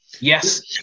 Yes